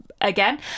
again